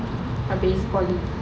habis poly